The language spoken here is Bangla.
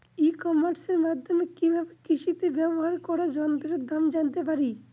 ই কমার্সের মাধ্যমে কি ভাবে কৃষিতে ব্যবহার করা যন্ত্রের দাম জানতে পারি?